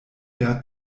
der